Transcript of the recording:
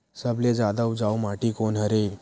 सबले जादा उपजाऊ माटी कोन हरे?